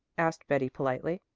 asked betty politely.